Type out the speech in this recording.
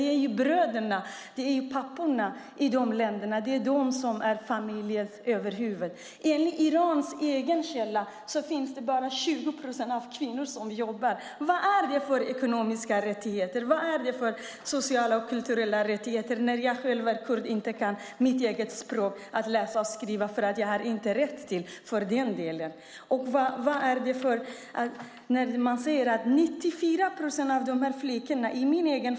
Det är bröderna, papporna, som är familjens överhuvud. Enligt källor i Iran är det bara 20 procent av kvinnorna som jobbar. Vad det för ekonomiska, sociala och kulturella rättigheter när jag som kurd inte kan läsa och skriva mitt eget språk, och för den delen inte har rätt till det? Man säger att 94 procent av flickorna går i skolan.